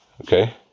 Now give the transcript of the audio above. Okay